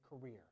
career